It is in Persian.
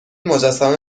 مجسمه